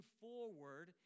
forward